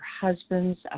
husband's